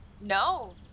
no